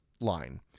line